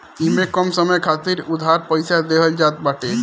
इमे कम समय खातिर उधार पईसा देहल जात बाटे